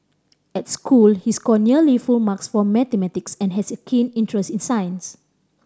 at school he score nearly full marks for mathematics and has a keen interest in science